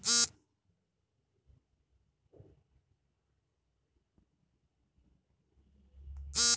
wagon ಅನ್ನೋದು ಕರಡು ಪ್ರಾಣಿಗಳಿಂದ ಅಥವಾ ಮನುಷ್ಯರಿಂದ ಎಳೆಯಲ್ಪಟ್ಟ ಭಾರವಾದ ನಾಲ್ಕು ಚಕ್ರಗಳ ವಾಹನವಾಗಿದೆ